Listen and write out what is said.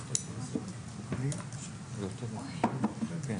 בבקשה, כן.